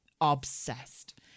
Obsessed